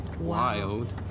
Wild